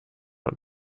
und